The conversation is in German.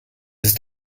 ist